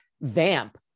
vamp